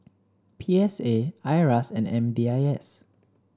P S A Iras and M D I S